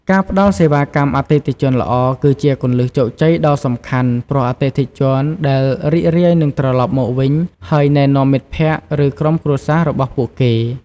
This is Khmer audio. ការផ្ដល់សេវាកម្មអតិថិជនល្អ គឺជាគន្លឹះជោគជ័យដ៏សំខាន់ ព្រោះអតិថិជនដែលរីករាយនឹងត្រឡប់មកវិញ ហើយណែនាំមិត្តភក្តិ ឬក្រុមគ្រួសាររបស់ពួកគេ។